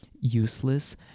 useless